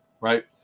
right